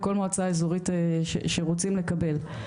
מכל מועצה אזורית שרוצים לקבל.